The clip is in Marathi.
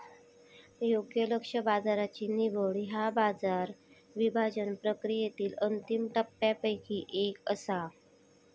योग्य लक्ष्य बाजाराची निवड ह्या बाजार विभाजन प्रक्रियेतली अंतिम टप्प्यांपैकी एक असा